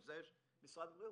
בשביל זה יש את משרד הבריאות.